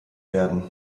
werden